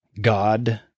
God